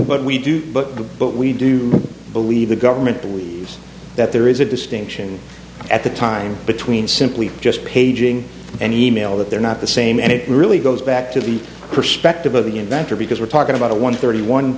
what we do but the but we do believe the government believes that there is a distinction at the time between simply just paging and e mail that they're not the same and it really goes back to the perspective of the inventor because we're talking about a one thirty one